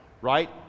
right